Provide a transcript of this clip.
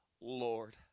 Lord